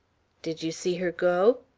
did you see her go?